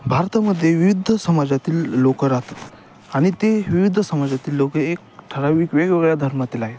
भारतामध्ये विविध समाजातील लोकं राहतात आणि ते विविध समाजातील लोकं एक ठरावीक वेगवेगळ्या धर्मातील आहे